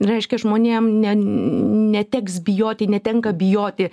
reiškia žmonėm ne neteks bijoti netenka bijoti